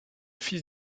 fils